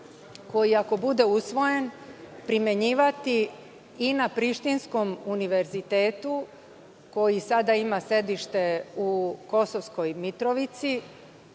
zakon, ako bude usvojen, primenjivati i na Prištinskom univerzitetu, koji sada ima sedište u Kosovskoj Mitrovici,